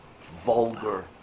vulgar